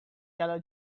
yellow